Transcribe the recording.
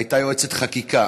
הייתה יועצת חקיקה,